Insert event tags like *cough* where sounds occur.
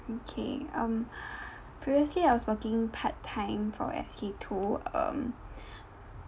okay um previously I was working part time for S_K two um *breath*